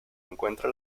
encuentra